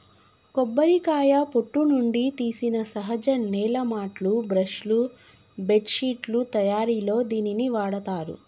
కొబ్బరికాయ పొట్టు నుండి తీసిన సహజ నేల మాట్లు, బ్రష్ లు, బెడ్శిట్లు తయారిలో దీనిని వాడతారు